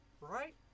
Right